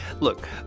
Look